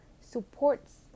supports